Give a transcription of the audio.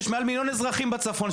יש מעל מיליון אזרחים בצפון,